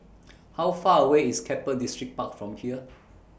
How Far away IS Keppel Distripark from here